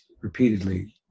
repeatedly